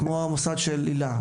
כמו המוסד של הילה,